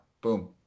boom